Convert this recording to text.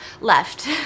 Left